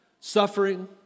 suffering